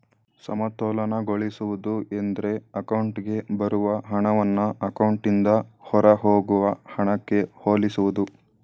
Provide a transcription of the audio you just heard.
ಸಮತೋಲನಗೊಳಿಸುವುದು ಎಂದ್ರೆ ಅಕೌಂಟ್ಗೆ ಬರುವ ಹಣವನ್ನ ಅಕೌಂಟ್ನಿಂದ ಹೊರಹೋಗುವ ಹಣಕ್ಕೆ ಹೋಲಿಸುವುದು